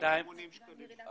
ה-270,280 שקלים.